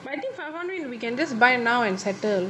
but I think five hundred and we can just buy now and settle